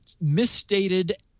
misstated